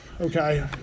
okay